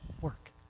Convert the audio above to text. work